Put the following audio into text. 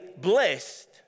Blessed